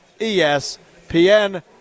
espn